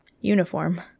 uniform